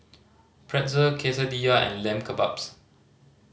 Pretzel Quesadilla and Lamb Kebabs